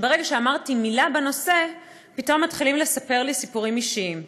שברגע שאמרתי מילה בנושא פתאום מתחילים לספר לי סיפורים אישיים,